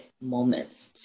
moments